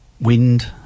wind